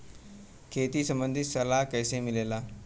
खेती संबंधित सलाह कैसे मिलेला?